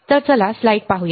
तर चला स्लाइड पाहू